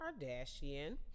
kardashian